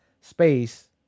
space